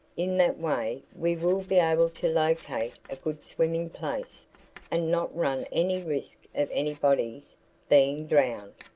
in that way we will be able to locate a good swimming place and not run any risk of anybody's being drowned.